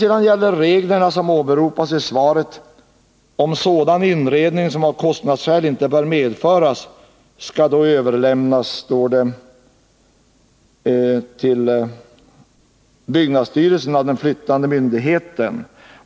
Enligt de regler som åberopas i svaret gäller att ”sådan inredning som av bl.a. kostnadsskäl inte bör medföras ——— skall överlämnas till byggnadsstyrelsen av den flyttande myndigheten.